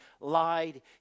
lied